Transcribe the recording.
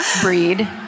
breed